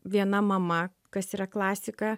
viena mama kas yra klasika